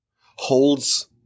holds